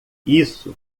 isso